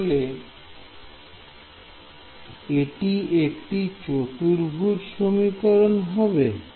তাহলে এটি একটি চতুর্ভুজ সমীকরণ হবে